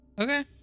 Okay